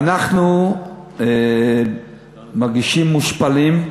ואנחנו מרגישים מושפלים,